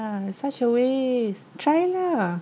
ah such a waste try lah